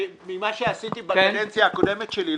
ממה שעשיתי בקדנציה הקודמת שלי,